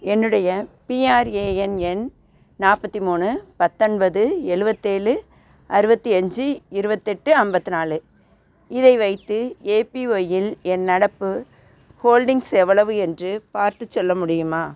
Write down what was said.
என்னுடைய பிஆர்ஏஎன் எண் நாற்பத்தி மூணு பத்தொன்பது எலுவத்தேழு அறுபத்தி அஞ்சு இருபத்தெட்டு ஐம்பத்நாலு இதை வைத்து ஏபிஒய்யில் என் நடப்பு ஹோல்டிங்ஸ் எவ்வளவு என்று பார்த்துச் சொல்ல முடியுமா